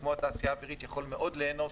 כמו התעשייה האווירית יכול מאוד ליהנות